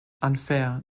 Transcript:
unfair